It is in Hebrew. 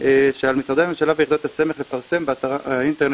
שעל משרדי הממשלה ויחידות הסמך לפרסם באתרי האינטרנט